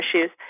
issues